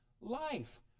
life